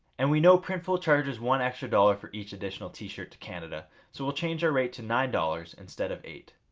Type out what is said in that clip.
and we know printful charges one extra dollar for each additional t-shirt to canada so we'll change our rate to nine dollars instead of eight.